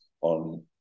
on